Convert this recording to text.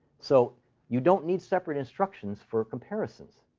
so you don't need separate instructions for comparisons.